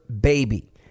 baby